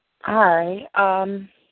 Hi